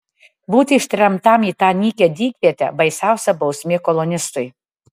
būti ištremtam į tą nykią dykvietę baisiausia bausmė kolonistui